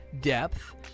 depth